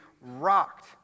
rocked